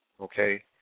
okay